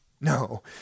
no